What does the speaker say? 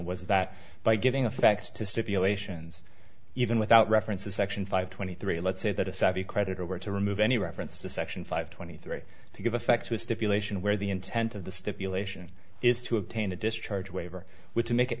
was that by giving a fax to stipulations even without reference to section five twenty three let's say that a savvy creditor were to remove any reference to section five twenty three to give effect to a stipulation where the intent of the stipulation is to obtain a discharge waiver which make it